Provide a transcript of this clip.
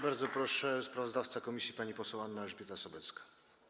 Bardzo proszę, sprawozdawca komisji pani poseł Anna Elżbieta Sobecka.